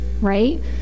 right